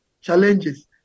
challenges